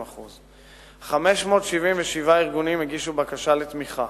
20%. 577 ארגונים הגישו בקשה לתמיכה,